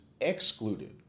excluded